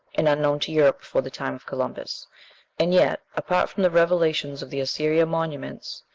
and unknown to europe before the time of columbus and yet, apart from the revelations of the assyrian monuments,